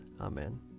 Amen